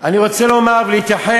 אני רוצה לומר ולהתייחס,